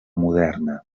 moderna